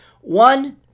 One